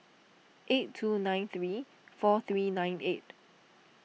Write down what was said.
eight two nine three four three nine eight